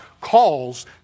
calls